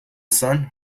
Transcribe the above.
sun